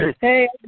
Hey